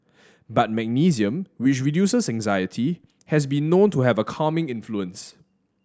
but magnesium which reduces anxiety has been known to have a calming influence